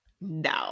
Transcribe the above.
No